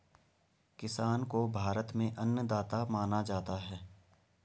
किसान को भारत में अन्नदाता माना जाता है